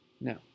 No